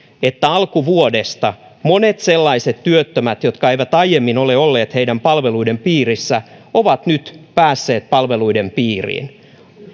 että alkuvuodesta monet sellaiset työttömät jotka eivät aiemmin ole olleet heidän palveluidensa piirissä ovat nyt päässeet palveluiden piiriin